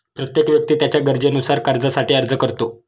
प्रत्येक व्यक्ती त्याच्या गरजेनुसार कर्जासाठी अर्ज करतो